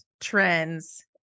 trends